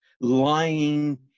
lying